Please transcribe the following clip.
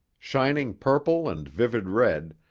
shining purple and vivid red,